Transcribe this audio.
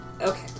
Okay